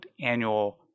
Annual